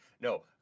No